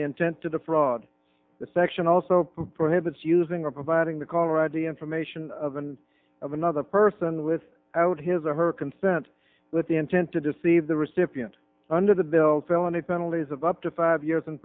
the intent to defraud the section also prohibits using or providing the caller id information of and of another person with out his or her consent with the intent to deceive the recipient under the bill felony penalties of up to five years in